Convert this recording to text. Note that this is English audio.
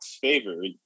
favored